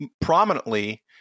prominently